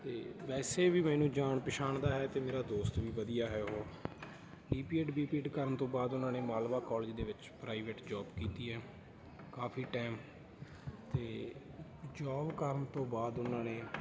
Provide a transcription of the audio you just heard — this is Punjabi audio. ਅਤੇ ਵੈਸੇ ਵੀ ਮੈਨੂੰ ਜਾਣ ਪਛਾਣ ਦਾ ਹੈ ਅਤੇ ਮੇਰਾ ਦੋਸਤ ਵੀ ਵਧੀਆ ਹੈ ਉਹ P P Ed B P Ed ਕਰਨ ਤੋਂ ਬਾਅਦ ਉਹਨਾਂ ਨੇ ਮਾਲਵਾ ਕਾਲਜ ਦੇ ਵਿੱਚ ਪ੍ਰਾਈਵੇਟ ਜੋਬ ਕੀਤੀ ਹੈ ਕਾਫ਼ੀ ਟਾਈਮ ਅਤੇ ਜੋਬ ਕਰਨ ਤੋਂ ਬਾਅਦ ਉਹਨਾਂ ਨੇ